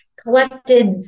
collected